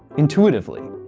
intuitively.